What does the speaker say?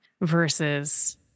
versus